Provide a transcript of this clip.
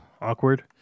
awkward